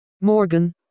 Morgan